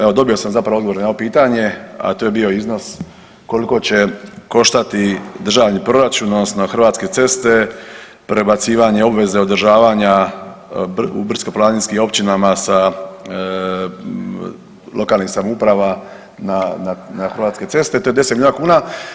Evo, dobio sam zapravo odgovor na ovo pitanje, a to je bio iznos koliko će koštati državni proračun, odnosno Hrvatske ceste prebacivanje obaveze održavanja u brdsko-planinskim općinama sa lokalnih samouprava na Hrvatske ceste, to je 10 milijuna kuna.